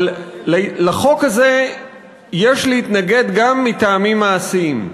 אבל לחוק הזה יש להתנגד גם מטעמים מעשיים,